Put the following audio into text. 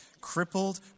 crippled